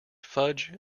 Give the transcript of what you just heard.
fudge